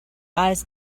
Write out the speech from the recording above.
eyes